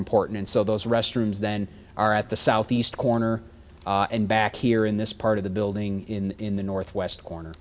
important and so those restrooms then are at the southeast corner and back here in this part of the building in the northwest corner